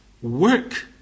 Work